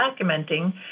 documenting